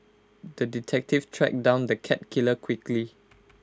the detective tracked down the cat killer quickly